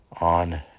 on